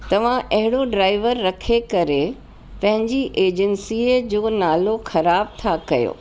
तव्हां अहिड़ो ड्राइवर रखे करे पंहिंजी एजंसीअ जो नालो ख़राब था कयो